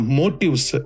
motives